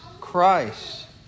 Christ